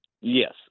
Yes